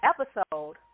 episode